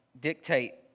dictate